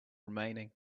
remaining